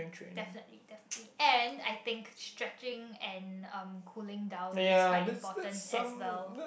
definitely definitely and I think stretching and um cooling down is quite important as well